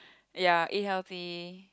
ya eat healthy